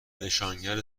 نشانگر